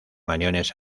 aniones